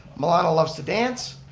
melana loves to dance,